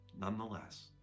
nonetheless